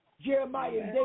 Jeremiah